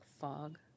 fog